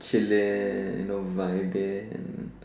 chill lah don't like that